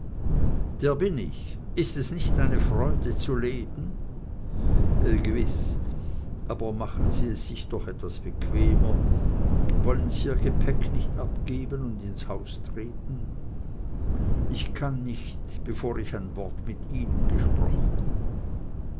der bin ich ist es nicht eine freude zu leben gewiß aber machen sie es sich doch etwas bequemer wollen sie ihr gepäcke nicht abgeben und ins haus treten ich kann nicht bevor ich ein wort mit ihnen gesprochen